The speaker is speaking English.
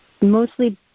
mostly